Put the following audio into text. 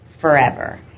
forever